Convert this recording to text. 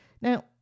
Now